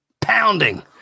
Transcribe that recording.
pounding